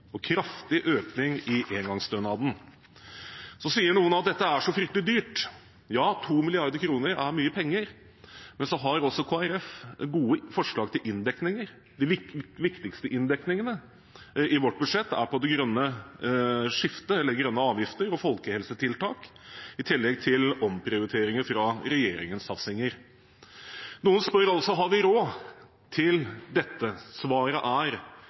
og kraftig økning i engangsstønaden. Noen sier at dette er så fryktelig dyrt. Ja, 2 mrd. kr er mye penger, men Kristelig Folkeparti har også gode forslag til inndekninger. De viktigste inndekningene i vårt budsjett er på grønne avgifter og folkehelsetiltak, i tillegg til omprioriteringer fra regjeringens satsinger. Noen spør altså: Har vi råd til dette? Svaret er: Vi har ikke råd til å la være. Kritikken mot investering i barn og familier er